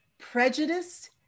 prejudice